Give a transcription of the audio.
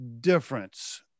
difference